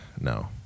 No